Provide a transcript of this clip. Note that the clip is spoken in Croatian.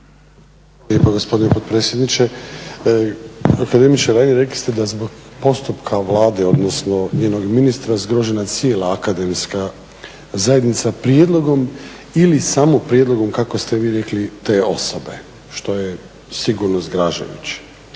lijepa gospodine potpredsjedniče. Akademiče Reiner rekli ste da zbog postupka Vlade odnosno jednog ministra zgrožena cijela akademska zajednica prijedlogom ili samo prijedlogom kako ste vi rekli te osobe što je sigurno zgražajuće.